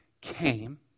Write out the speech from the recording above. came